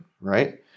Right